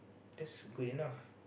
that's good enough